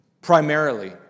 primarily